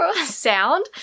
sound